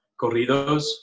corridos